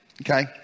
okay